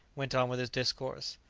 went on with his discourse.